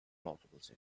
models